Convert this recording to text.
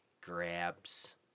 grabs